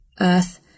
Earth